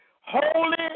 holy